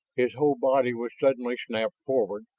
his whole body was suddenly snapped forward,